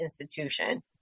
institution